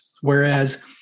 Whereas